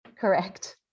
Correct